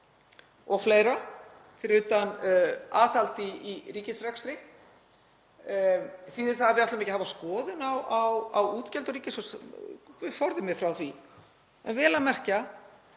og fleira, fyrir utan aðhald í ríkisrekstri — þýðir það að við ætlum ekki að hafa skoðun á útgjöldum ríkissjóðs? Guð forði mér frá því. En vel að merkja,